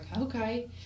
okay